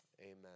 Amen